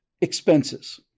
expenses